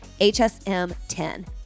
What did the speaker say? HSM10